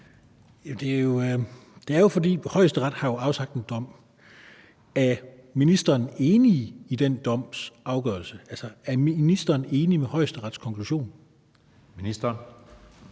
Steffen Larsen (LA): Højesteret har jo afsagt en dom. Er ministeren enig i den domsafgørelse? Altså, er ministeren enig i Højesterets konklusion? Kl.